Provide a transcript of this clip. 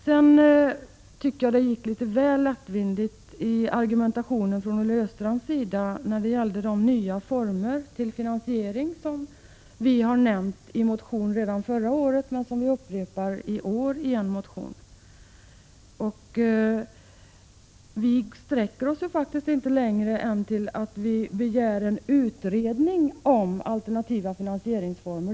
Sedan tycker jag att argumentationen från Olle Östrands sida var litet väl lättvindig när det gällde de nya former för finansiering som vi nämnde i en motion redan förra året och upprepar i en motion i år. Vi sträcker oss faktiskt inte längre än till att begära en utredning om alternativa finansieringsformer.